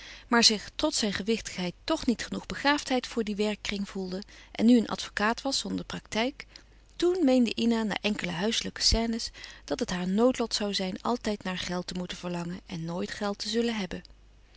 maar zich trots zijn gewichtigheid toch niet genoeg begaafdheid voor dien werkkring voelde en nu een advokaat was zonder praktijk toen meende ina na enkele huiselijke scènes dat het haar noodlot zoû zijn altijd naar geld te moeten verlangen en nooit geld te zullen hebben